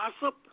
gossip